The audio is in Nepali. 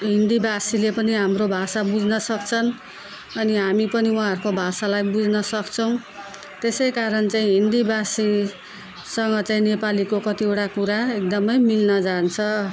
हिन्दीभाषीले पनि हाम्रो भाषा बुझ्न सक्छन् अनि हामी पनि उहाँहरूको भाषालाई बुझ्न सक्छौँ त्यसै कारण चाहिँ हिन्दीभाषीसँग चाहिँ नेपालीको कतिवटा कुरा एकदमै मिल्न जान्छ